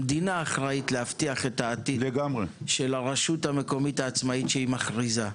המדינה אחרית להבטיח את עתיד הרשות המקומית העצמאית שהיא מכריזה.